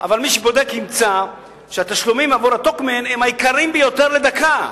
אבל מי שבודק ימצא שהתשלומים עבור ה"טוקמן" הם היקרים ביותר לדקה.